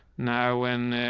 now, when, ah,